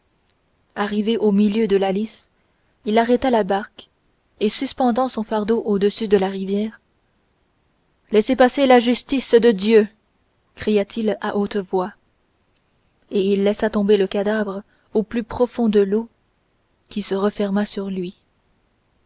arrivé au milieu de la lys il arrêta la barque et suspendant son fardeau au-dessus de la rivière laissez passer la justice de dieu cria-t-il à haute voix et il laissa tomber le cadavre au plus profond de l'eau qui se referma sur lui